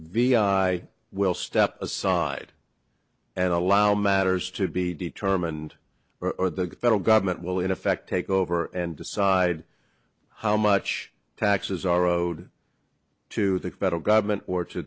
i i will step aside and allow matters to be determined or the federal government will in effect take over and decide how much taxes are owed to the federal government or to